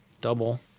Double